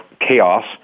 chaos